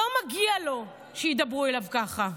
לא מגיע לו שידברו אליו ככה.